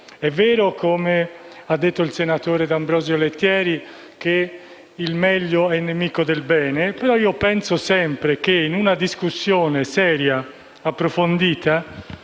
È vero, come ha detto il senatore D'Ambrosio Lettieri, che il meglio è nemico del bene, ma penso che in una discussione seria e approfondita